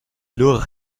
lurch